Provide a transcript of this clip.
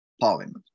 parliament